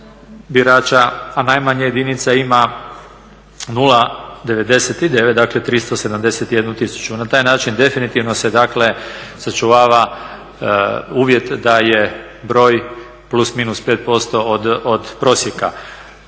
a najmanja jedinica ima 0,99. Dakle, 371000. Na taj način definitivno se dakle sačuvava uvjet da je plus minus pet posto od prosjeka.